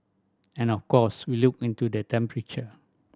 and of course we look into the temperature